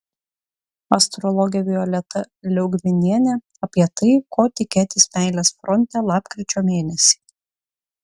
astrologė violeta liaugminienė apie tai ko tikėtis meilės fronte lapkričio mėnesį